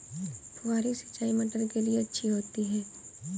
फुहारी सिंचाई मटर के लिए अच्छी होती है?